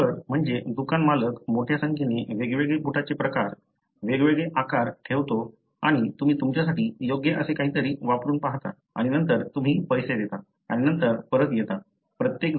shoe keeper म्हणजे दुकान मालक मोठ्या संख्येने वेगवेगळे बुटाचे प्रकार वेगवेगळे आकार ठेवतो आणि तुम्ही तुमच्यासाठी योग्य असे काहीतरी वापरून पहाता आणि नंतर तुम्ही पैसे देता आणि नंतर परत येता